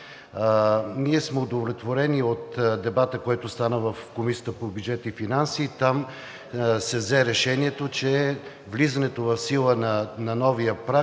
Ние сме удовлетворени от дебата, който стана в Комисията по бюджет и финанси. Там се взе решението, че влизането в сила на новия праг